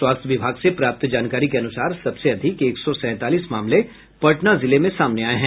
स्वास्थ्य विभाग से प्राप्त जानकारी के अनुसार सबसे अधिक एक सौ सैंतालीस मामले पटना जिले में सामने आये हैं